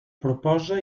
proposa